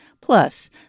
Plus